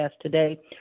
today